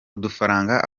udufaranga